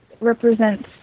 represents